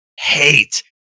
hate